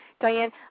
Diane